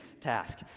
task